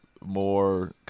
more